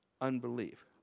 unbelief